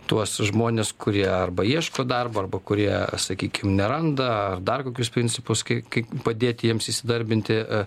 tuos žmones kurie arba ieško darbo arba kurie sakykim neranda ar dar kokius principus kai kai padėti jiems įsidarbinti